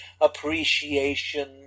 appreciation